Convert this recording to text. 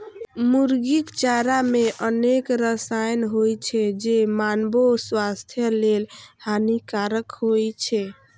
मुर्गीक चारा मे अनेक रसायन होइ छै, जे मानवो स्वास्थ्य लेल हानिकारक होइ छै